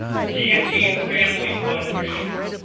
guillotine family fun machine?